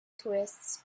tourists